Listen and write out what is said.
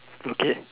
okay